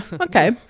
okay